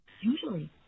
Usually